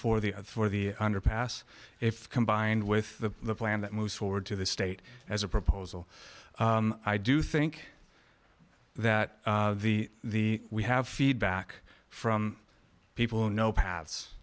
for the for the underpass if combined with the plan that moves forward to the state as a proposal i do think that the the we have feedback from people who know paths